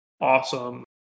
awesome